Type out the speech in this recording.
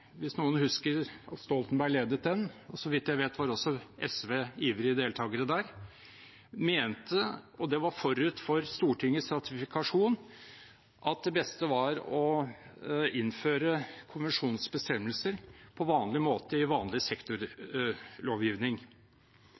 hvis noen husker at Stoltenberg ledet den, og så vidt jeg vet, var også SV ivrige deltagere der – mente, og det var forut for Stortingets ratifikasjon, at det beste var å innføre konvensjonens bestemmelser på vanlig måte i vanlig sektorlovgivning.